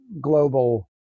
global